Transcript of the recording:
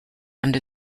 under